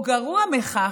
או גרוע מכך,